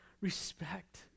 respect